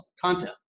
content